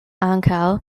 ankaŭ